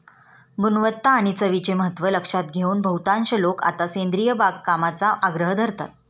गुणवत्ता आणि चवीचे महत्त्व लक्षात घेऊन बहुतांश लोक आता सेंद्रिय बागकामाचा आग्रह धरतात